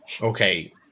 Okay